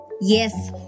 Yes